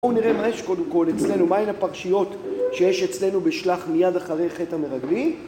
בואו נראה מה יש קודם כל אצלנו, מה הן הפרשיות שיש אצלנו בשלח מיד אחרי חטא המרגלים